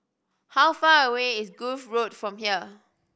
how far away is Grove Road from here